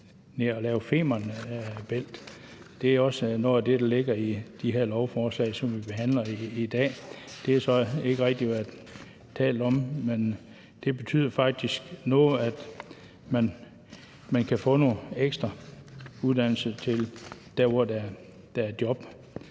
ned at lave Femern Bælt-forbindelsen. Det er også noget af det, der ligger i de her lovforslag, som vi behandler i dag. Det har der så ikke rigtig været talt om, men det betyder faktisk noget, at man kan få noget ekstra uddannelse, der er jobrettet.